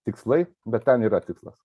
tikslai bet ten yra tikslas